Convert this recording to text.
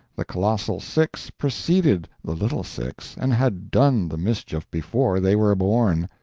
the colossal six preceded the little six and had done the mischief before they were born.